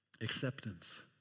Acceptance